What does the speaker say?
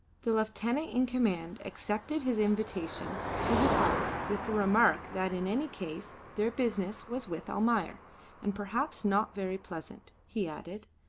the lieutenant in command accepted his invitation to his house with the remark that in any case their business was with almayer and perhaps not very pleasant, he added.